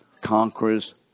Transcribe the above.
conquerors